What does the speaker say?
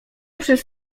przez